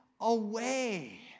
away